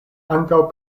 ankaŭ